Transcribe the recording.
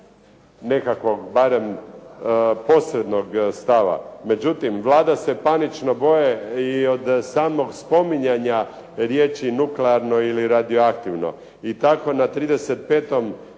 nekakvog barem posrednog stava međutim Vlada se panično boji i samog spominjanja riječi nuklearno ili radioaktivno i tako na 35.